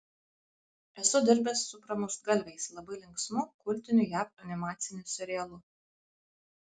esu dirbęs su pramuštgalviais labai linksmu kultiniu jav animaciniu serialu